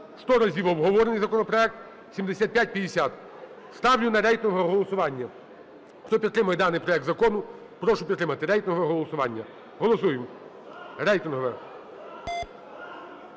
Сто разів обговорений законопроект, 7550. Ставлю на рейтингове голосування. Хто підтримує даний проект закону, прошу підтримати рейтингове голосування. Голосуємо. Рейтингове.